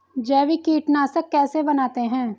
जैविक कीटनाशक कैसे बनाते हैं?